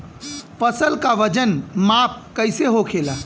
फसल का वजन माप कैसे होखेला?